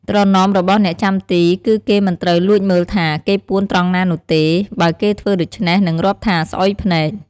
ត្រណមរបស់អ្នកចាំទី គឺគេមិនត្រូវលួចមើលថា គេពួនត្រង់ណានោះទេ បើគេធ្វើដូច្នេះនឹងរាប់ថាស្អុយភ្នែក។